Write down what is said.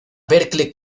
berklee